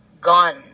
gone